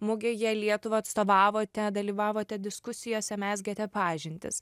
mugėje lietuvą atstovavote dalyvavote diskusijose mezgėte pažintis